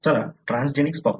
चला ट्रान्सजेनिक्स पाहू